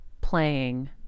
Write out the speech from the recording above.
playing